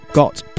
got